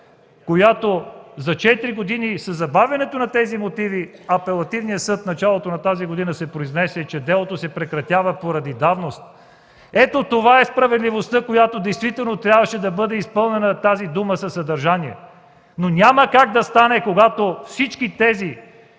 четири години забави тези мотиви и Апелативният съд в началото на тази година се произнесе, че делото се прекратява поради давност. Ето това е „справедливостта”, а тази дума действително трябваше да бъде изпълнена със съдържание, но това няма как да стане, когато всички тези,